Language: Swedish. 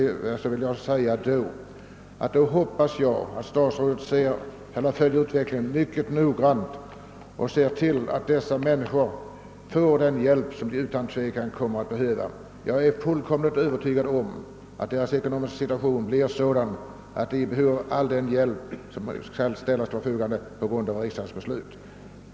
Jag hoppas då att statsrådet följer utvecklingen mycket noggrant och ser till att dessa människor får den hjälp som de utan tvivel kommer att behöva. Jag är övertygad om att deras ekonomiska situation blir sådan att de behöver all den hjälp som kan ställas till förfogande genom riksdagens beslut.